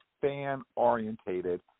fan-orientated